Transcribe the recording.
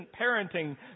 parenting